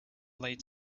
lay